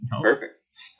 Perfect